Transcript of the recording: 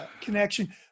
connection